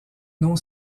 non